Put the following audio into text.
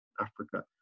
Africa